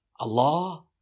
Allah